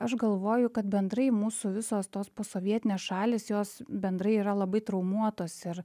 aš galvoju kad bendrai mūsų visos tos posovietinės šalys jos bendrai yra labai traumuotos ir